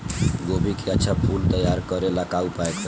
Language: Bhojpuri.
गोभी के अच्छा फूल तैयार करे ला का उपाय करी?